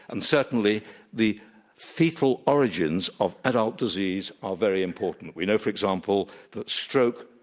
and certainly the fetal origins of adult disease are very important. we know, for example, that stroke,